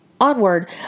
onward